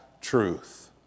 truth